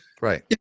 Right